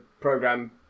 program